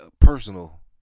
personal